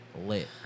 lit